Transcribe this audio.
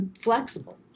flexible